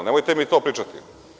Nemojte mi to pričati.